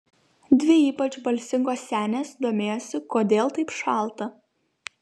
dvi ypač balsingos senės domėjosi kodėl taip šalta